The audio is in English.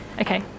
okay